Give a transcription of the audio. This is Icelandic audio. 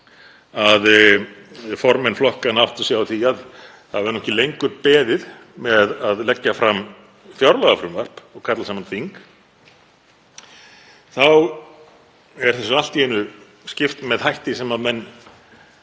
að formenn flokkanna áttuðu sig á því að ekki yrði lengur beðið með að leggja fram fjárlagafrumvarp og kalla saman þing þá er þessu allt í einu skipt með hætti sem menn,